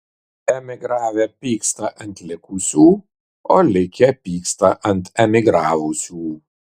emigravę pyksta ant likusių o likę pyksta ant emigravusių